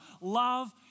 Love